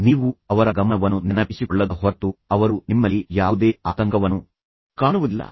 ನೀವು ಅವರ ಗಮನವನ್ನು ನೆನಪಿಸಿಕೊಳ್ಳದ ಹೊರತು ಅವರು ನಿಮ್ಮಲ್ಲಿ ಯಾವುದೇ ಆತಂಕವನ್ನು ಕಾಣುವುದಿಲ್ಲ